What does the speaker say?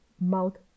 mouth